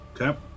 Okay